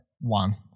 one